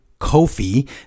Kofi